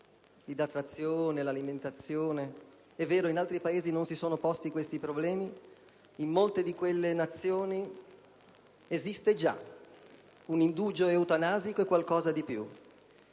Idratazione, alimentazione: è vero, in altri Paesi non si sono posti questi problemi, in molte di quelle Nazioni esiste già un indugio eutanasico o qualcosa di più.